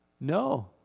No